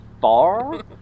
far